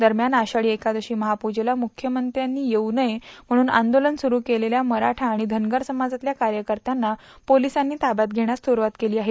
दरम्यान आषाढी एकादशी महापूजेला मुख्यमंत्र्यांनी येऊ नये म्हणून आंदोलन सुरू केलेल्या मराठा आणि धनगर समाजातल्या कार्यकर्त्यांना पोलीसांनी ताब्यात वेण्यास सुरूवात केली आहे